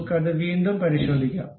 നമുക്ക് അത് വീണ്ടും പരിശോധിക്കാം